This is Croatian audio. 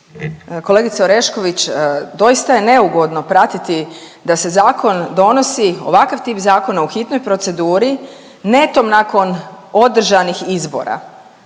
Kolegice Orešković, doista je neugodno pratiti da se zakon donosi, ovakav tip zakona u hitnoj proceduri netom nakon održanih izbora